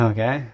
Okay